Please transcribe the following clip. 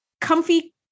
comfy